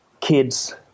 kids